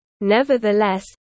Nevertheless